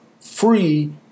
free